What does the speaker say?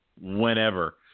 whenever